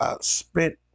spent